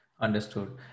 understood